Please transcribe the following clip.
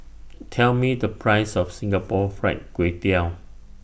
Tell Me The Price of Singapore Fried Kway Tiao